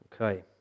Okay